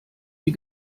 die